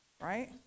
right